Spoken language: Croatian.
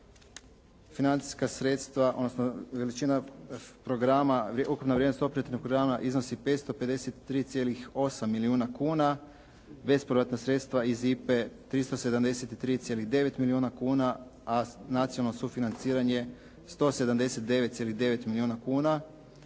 financijska sredstva, odnosno veličina programa je ukupna vrijednost operativnog programa iznosi 553,8 milijuna kuna, bespovratna sredstva iz IPA-e 373,9 milijuna kuna, a nacionalno sufinanciranje 179,9 milijuna kuna.